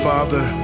Father